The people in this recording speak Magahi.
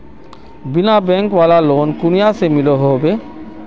बिना बैंक वाला लोन कुनियाँ से मिलोहो होबे?